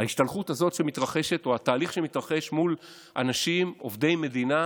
ההשתלחות הזאת שמתרחשת או התהליך שמתרחש מול אנשים עובדי מדינה,